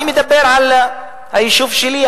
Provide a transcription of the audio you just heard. אני מדבר על היישוב שלי,